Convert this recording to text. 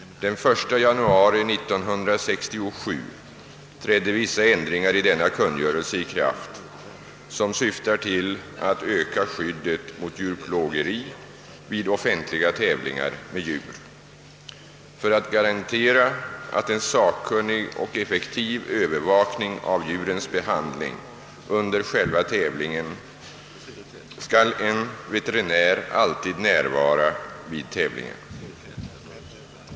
Den 1 januari 1967 trädde vissa ändringar i denna kungörelse i kraft, som syftade till att öka skyddet mot djurplågeri vid offentliga tävlingar med djur. För att garantera en sakkunnig och effektiv övervakning av djurens behandling under själva tävlingen skall veterinär alltid närvara vid tävlingen.